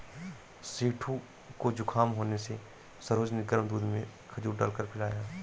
सेठू को जुखाम होने से सरोज ने गर्म दूध में खजूर डालकर पिलाया